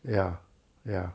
ya ya